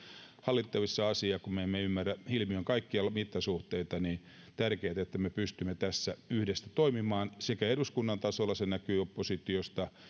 hallittavissa oleva asia kun me emme ymmärrä ilmiön kaikkia mittasuhteita on tärkeätä että me pystymme tässä yhdessä toimimaan sekä eduskunnan tasolla se näkyy oppositiosta